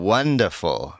Wonderful